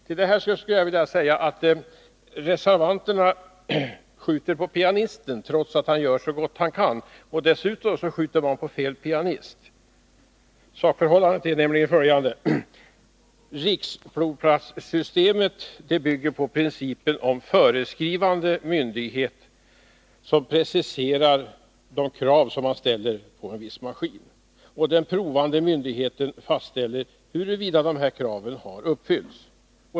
Till detta skulle jag vilja säga att reservanterna skjuter på pianisten, trots att han gör så gott han kan. Dessutom skjuter de på fel pianist. Sakförhållandet är nämligen följande: Riksprovplatssystemet bygger på principen att föreskrivande myndighet preciserar de krav som man ställer på en viss maskin. Den provande myndigheten fastställer huruvida dessa krav har uppfyllts.